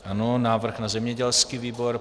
Ano, návrh na zemědělský výbor.